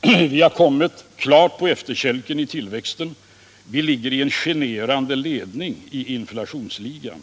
Vi har kommit klart på efterkälken i tillväxt och ligger i en generande ledning i inflationsligan.